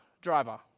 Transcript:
driver